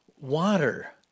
water